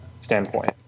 standpoint